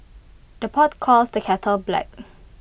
the pot calls the kettle black